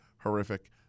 horrific